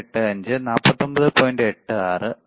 86 50 ഹെർട്സിനടുത്ത് ആണ്